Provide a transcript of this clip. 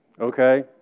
okay